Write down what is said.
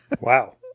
wow